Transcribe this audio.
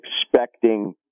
expecting